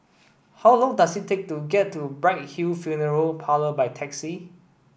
how long does it take to get to Bright Hill Funeral Parlour by taxi